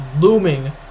looming